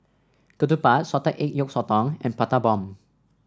Ketupat Salted Egg Yolk Sotong and Prata Bomb